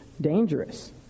dangerous